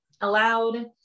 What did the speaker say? allowed